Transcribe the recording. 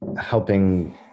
helping